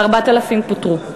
ו-4,000 פוטרו.